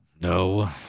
no